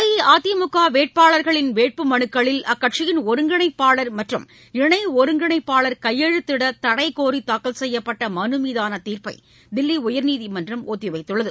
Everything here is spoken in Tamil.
அஇஅதிமுக வேட்பாளர்களின் வேட்புமனுக்களில் அக்கட்சியின் ஒருங்கிணைப்பாளர் மற்றும் இணை ஒருங்கிணைப்பாளர் கையெழுத்திட தடை கோரி தாக்கல் செய்யப்பட்ட மனுமீதான தீர்ப்பை தில்லி உயர்நீதிமன்றம் ஒத்தி வைத்துள்ளது